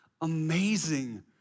amazing